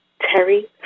Terry